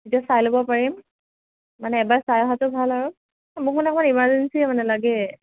নিজে চাই ল'ব পাৰিম মানে এবাৰ চাই অহাটো ভাল আৰু মোক মানে অকণমান ইমাৰ্জেঞ্চিয়ে মানে লাগে